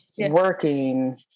working